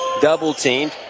Double-teamed